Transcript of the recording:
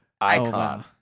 icon